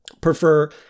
prefer